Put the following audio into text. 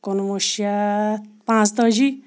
کُنوُہ شیٚتھ پانٛژتٲجی